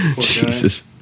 Jesus